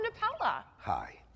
Hi